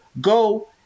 go